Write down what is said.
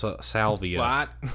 salvia